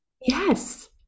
Yes